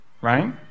right